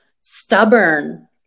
stubborn